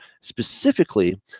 specifically